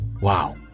Wow